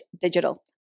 Digital